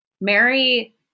Mary